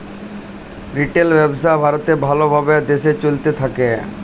retail ব্যবসা ভারতে ভাল ভাবে দেশে চলতে থাক্যে